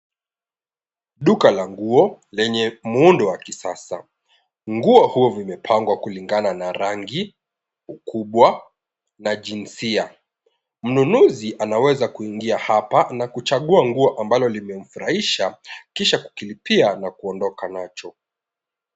Duka la nguo lenye muundo wa kisasa. Nguo huwa zimepangwa kulingana na rangi, ukubwa na jinsia. Mnunuzi anaweza kuingia hapa na kuchagua nguo ambalo limemfurahisha kisha kulipia na kuondoka nacho.